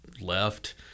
left